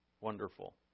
wonderful